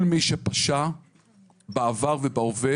כל מי שפשע בעבר ובהווה